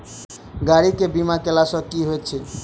गाड़ी केँ बीमा कैला सँ की होइत अछि?